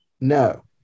No